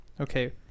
okay